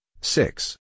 six